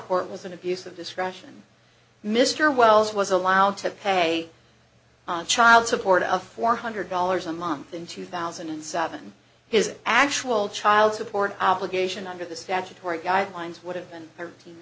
was an abuse of discretion mr wells was allowed to pay child support of four hundred dollars a month in two thousand and seven his actual child support obligation under the statutory guidelines would have been thirteen